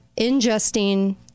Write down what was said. ingesting